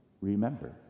Remember